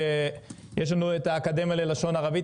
יש לנו את האקדמיה ללשון ערבית,